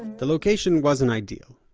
the location wasn't ideal.